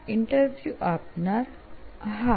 interview આપનાર હા